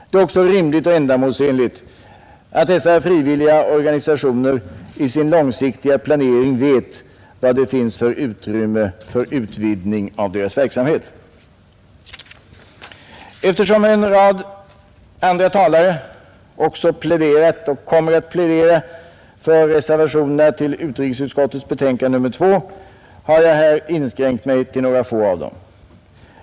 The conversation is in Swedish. Det är också rimligt och ändamålsenligt att dessa frivilliga organisationer i sin långsiktiga planering vet vad det finns för utrymme för utvidgning av deras verksamhet. Eftersom en rad andra talare också pläderat och kommer att plädera för reservationerna till utrikesutskottets betänkande nr 2 har jag här inskränkt mig till några få av dem.